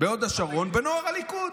בהוד השרון, בנוער הליכוד